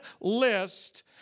list